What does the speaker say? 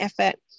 effort